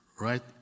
right